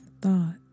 thought